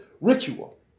ritual